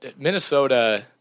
Minnesota